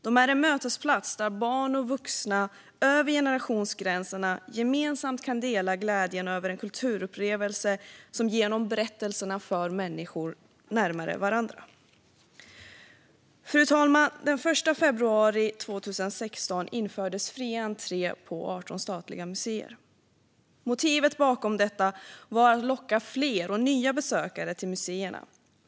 De är en mötesplats där barn och vuxna över generationsgränserna kan dela glädjen över en kulturupplevelse som genom berättelserna för människor närmare varandra. Fru talman! Den 1 februari 2016 infördes fri entré på 18 statliga museer. Motivet bakom detta var att locka fler och nya besökare till museerna.